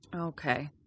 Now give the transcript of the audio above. Okay